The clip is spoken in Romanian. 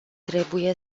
trebuie